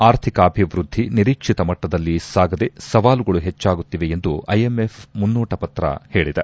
ಆರ್ಥಿಕಾಭಿವೃದ್ದಿ ನಿರೀಕ್ಷಿತ ಮಟ್ಟದಲ್ಲಿ ಸಾಗದೆ ಸವಾಲುಗಳು ಹೆಚ್ಚಾಗುತ್ತಿವೆ ಎಂದು ಐಎಂಎಫ್ ಮುನ್ನೋಟ ಪತ್ರ ಹೇಳಿದೆ